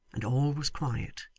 and all was quiet.